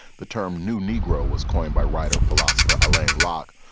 the term new negro was coined by writer philosopher alain locke,